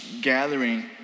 gathering